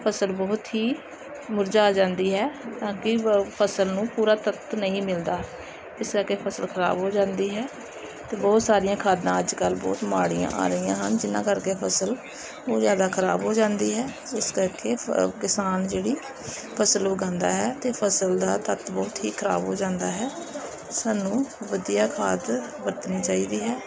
ਫਸਲ ਬਹੁਤ ਹੀ ਮੁਰਝਾ ਜਾਂਦੀ ਹੈ ਤਾਂ ਕਿ ਫ ਫਸਲ ਨੂੰ ਪੂਰਾ ਤੱਤ ਨਹੀਂ ਮਿਲਦਾ ਇਸ ਕਰਕੇ ਫਸਲ ਖਰਾਬ ਹੋ ਜਾਂਦੀ ਹੈ ਅਤੇ ਬਹੁਤ ਸਾਰੀਆਂ ਖਾਦਾਂ ਅੱਜ ਕੱਲ੍ਹ ਬਹੁਤ ਮਾੜੀਆਂ ਆ ਰਹੀਆਂ ਹਨ ਜਿਹਨਾਂ ਕਰਕੇ ਫਸਲ ਉਹ ਜ਼ਿਆਦਾ ਖਰਾਬ ਹੋ ਜਾਂਦੀ ਹੈ ਇਸ ਕਰਕੇ ਕਿਸਾਨ ਜਿਹੜੀ ਫਸਲ ਉਗਾਉਂਦਾ ਹੈ ਅਤੇ ਫਸਲ ਦਾ ਤੱਤ ਬਹੁਤ ਹੀ ਖਰਾਬ ਹੋ ਜਾਂਦਾ ਹੈ ਸਾਨੂੰ ਵਧੀਆ ਖਾਦ ਵਰਤਣੀ ਚਾਹੀਦੀ ਹੈ